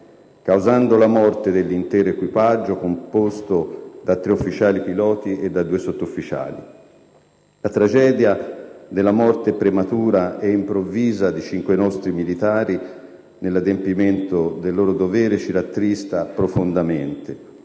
causando la morte dell'intero equipaggio, composto da tre ufficiali piloti e due sottufficiali. La tragedia della morte prematura ed improvvisa di cinque nostri militari, nell'adempimento del loro dovere, ci rattrista profondamente.